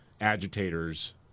agitators